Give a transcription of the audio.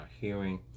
hearing